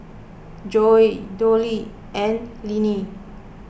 Zoie Doyle and Linnie